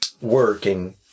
working